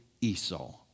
Esau